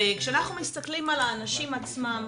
וכשאנחנו מסתכלים על האנשים עצמם,